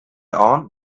aunt